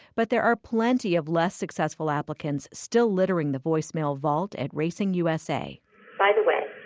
but there are plenty of less successful applicants still littering the voicemail vault at racing usa by the way,